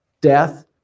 Death